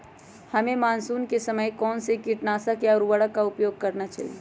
हमें मानसून के समय कौन से किटनाशक या उर्वरक का उपयोग करना चाहिए?